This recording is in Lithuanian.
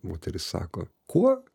moteris sako kuo